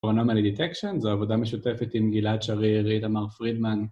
פורנומלי דיטקשן זו עבודה משותפת עם גלעד שרי, ואיתמר פרידמן